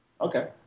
Okay